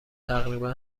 تقریبا